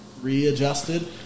readjusted